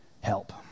help